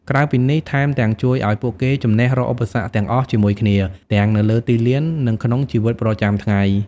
ក្រៅពីនេះ ថែមទាំងជួយឱ្យពួកគេជំនះរាល់ឧបសគ្គទាំងអស់ជាមួយគ្នា ទាំងនៅលើទីលាន និងក្នុងជីវិតប្រចាំថ្ងៃ។